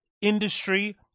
industry